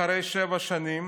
אחרי שבע שנים